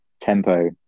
tempo